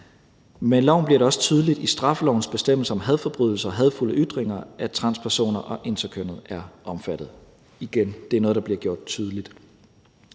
Med loven bliver det også tydeligt i straffelovens bestemmelser om hadforbrydelser og hadefulde ytringer, at transpersoner og interkønnede er omfattet. Igen: Det er noget, der bliver gjort tydeligt.